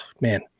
man